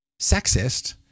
sexist